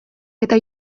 eta